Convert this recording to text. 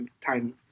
time